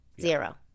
zero